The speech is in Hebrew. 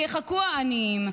שיחכו העניים.